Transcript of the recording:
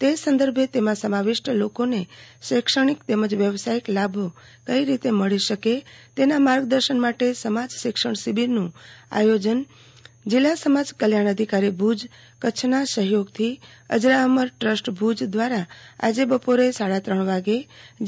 તે સંદર્ભે તેમાં સમાવિષ્ટ લોકોને શૈક્ષણિક તેમજડ વ્યવસાયિક લાભો કઈ રીતે મળી શકે તેના માર્ગદર્શન માટે સમાજ શિક્ષણ શિબિરનું આયોજન જિલ્લા સમાજ કલ્યાણ અધિકારી ભુજ કચ્છના સહયોગ થી માં અજરામર ટ્રસ્ટ ભુજ દ્રારા આજે બપોરે સાડા ત્રણ વાગ્યે જી